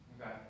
Okay